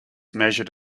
measured